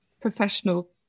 professional